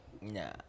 Nah